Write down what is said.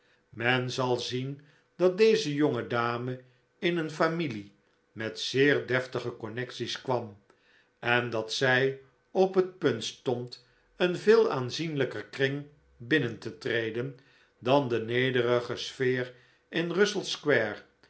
men zal zien dat deze jonge dame in een familie met zeer deftige connecties kwam en dat zij op het punt stond een veel aanzienlijker kring binnen te treden dan de nederige sfeer in russell square